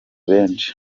benshi